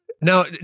now